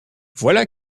voilà